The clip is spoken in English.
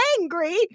angry